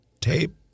tape